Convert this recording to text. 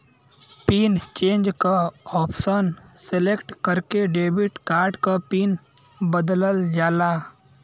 pin change क option select करके debit card क पिन बदलल जाला